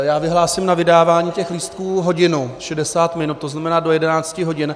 Já vyhlásím na vydávání lístků hodinu, 60 minut, tzn. do 11 hodin.